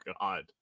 God